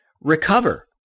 recover